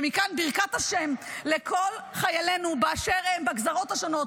ומכאן ברכת השם לכל חיילינו באשר הם בגזרות השונות,